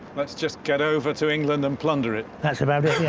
let's just get over to england and plunder it that's about